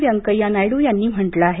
वेंकय्या नायडू यांनी म्हटलं आहे